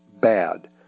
bad